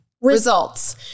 Results